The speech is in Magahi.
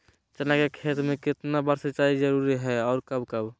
चना के खेत में कितना बार सिंचाई जरुरी है और कब कब?